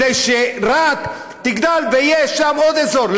כדי שרהט תגדל ויהיה שם עוד אזור.